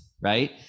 Right